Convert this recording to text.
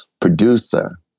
producer